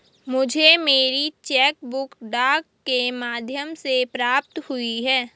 मुझे मेरी cheque book डाक के माध्यम से प्राप्त हुई है